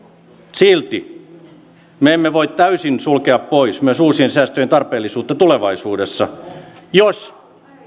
silti me emme voi täysin sulkea pois myös uusien säästöjen tarpeellisuutta tulevaisuudessa jos